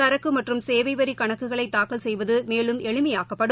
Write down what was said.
சரக்கு மற்றும் சேவை வரி கணக்குகளை தாக்கல் செய்வது எளிமையாக்கப்படும்